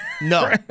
no